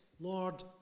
Lord